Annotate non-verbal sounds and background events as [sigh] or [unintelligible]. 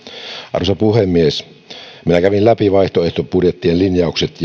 arvoisa puhemies minä kävin läpi vaihtoehtobudjettien linjaukset [unintelligible]